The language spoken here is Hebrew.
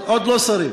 עוד לא שרים.